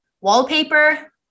wallpaper